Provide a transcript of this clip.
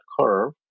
curve